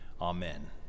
Amen